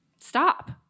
stop